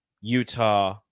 Utah